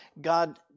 God